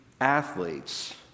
athletes